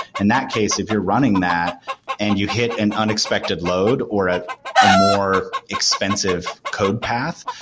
in that case, if you're running that and you hit an unexpected load or a ah more expensive code path,